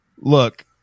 look